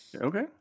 Okay